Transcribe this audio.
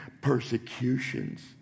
Persecutions